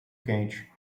quente